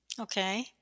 Okay